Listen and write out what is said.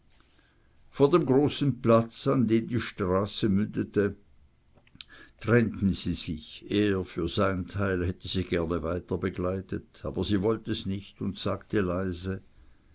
vor dem großen platz in den die straße mündet trennten sie sich er für sein teil hätte sie gern weiter begleitet aber sie wollt es nicht und sagte leise